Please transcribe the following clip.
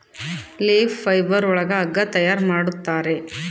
leaf fibre ಒಳಗ ಹಗ್ಗ ತಯಾರ್ ಮಾಡುತ್ತಾರೆ